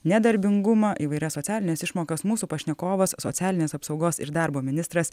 nedarbingumą įvairias socialines išmokas mūsų pašnekovas socialinės apsaugos ir darbo ministras